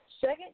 second